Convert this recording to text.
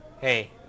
hey